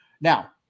Now